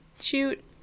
shoot